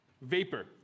vapor